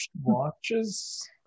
watches